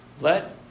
Let